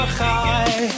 high